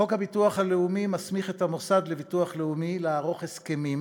חוק הביטוח הלאומי מסמיך את המוסד לביטוח לאומי לערוך הסכמים